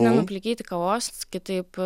nenuplikyti kavos kitaip